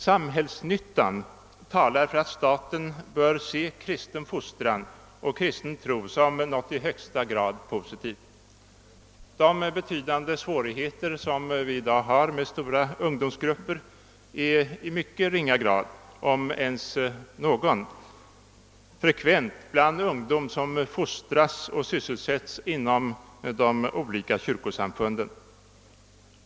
Samhällsnyttan talar för att staten bör se kristen fostran och kristen tro som något i högsta grad positivt. De betydande svårigheter som vi i dag har med stora ungdomsgrupper är i mycket ringa grad, om ens någon, frekventa bland ungdom som fostras och sysselsätts inom de olika kyrkosamfunden.